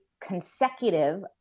consecutive